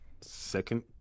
second